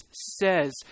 says